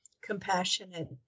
compassionate